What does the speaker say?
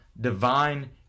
divine